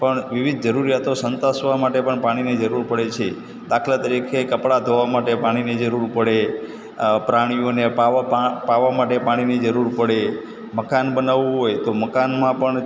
પણ વિવિધ જરૂરિયાતો સંતોષવાં માટે પણ પાણીની જરૂર પડે છે દાખલા તરીકે કપડાં ધોવાં માટે પાણીની જરૂર પડે પ્રાણીઓને પાવા પા પાવા માટે પાણીની જરૂર પડે મકાન બનાવવું હોય તો મકાનમાં પણ